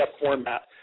format